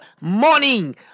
morning